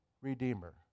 redeemer